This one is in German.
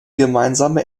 gemeinsame